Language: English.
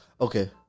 Okay